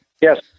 Yes